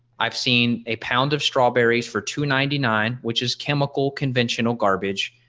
i've seen a pound of strawberries for two ninety nine which is chemical conventional garbage.